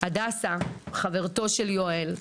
הדסה; חברתו של יואל,